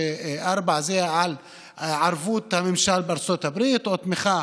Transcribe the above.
ב-2004-2003 זה היה על ערבות הממשל בארצות הברית או תמיכה